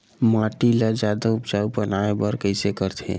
माटी ला जादा उपजाऊ बनाय बर कइसे करथे?